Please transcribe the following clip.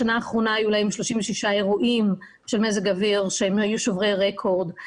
בשנה האחרונה היו להם 36 אירועים של מזג אוויר שהם היו שוברי רקורד.